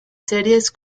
series